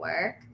work